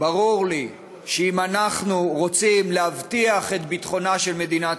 ברור לי שאם אנחנו רוצים להבטיח את ביטחונה של מדינת